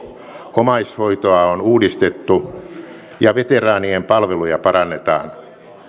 omaishoitoa on uudistettu ja veteraanien palveluja parannetaan